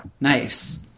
Nice